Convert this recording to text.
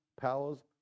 powers